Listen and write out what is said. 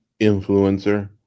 influencer